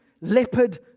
leopard